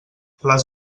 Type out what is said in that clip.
les